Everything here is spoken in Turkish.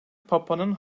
papanın